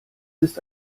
ist